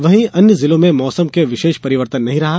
वहीं अन्य जिलों के मौसम में विशेष परिवर्तन नहीं रहा